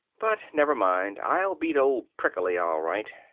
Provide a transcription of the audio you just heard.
but never mind. i'll beat old prickly, all right.